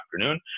afternoon